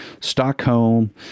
Stockholm